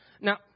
Now